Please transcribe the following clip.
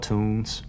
Tunes